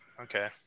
Okay